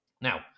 Now